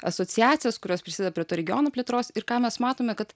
asociacijas kurios prisideda prie to regiono plėtros ir ką mes matome kad